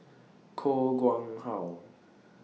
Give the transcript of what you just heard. Koh Nguang How